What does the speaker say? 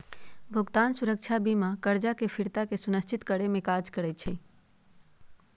भुगतान सुरक्षा बीमा करजा के फ़िरता के सुनिश्चित करेमे काज करइ छइ